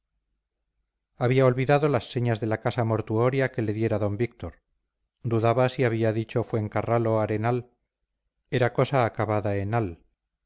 había olvidado las señas de la casa mortuoria que le diera d víctor dudaba si había dicho fuencarralo arenal era cosa acabada en al